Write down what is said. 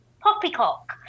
poppycock